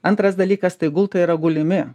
antras dalykas tai gultai yra gulimi